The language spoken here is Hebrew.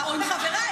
אינה נוכחת,